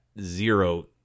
zero